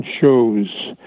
shows